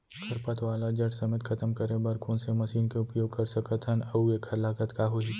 खरपतवार ला जड़ समेत खतम करे बर कोन से मशीन के उपयोग कर सकत हन अऊ एखर लागत का होही?